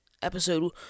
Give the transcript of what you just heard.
episode